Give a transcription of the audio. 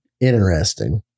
interesting